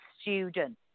student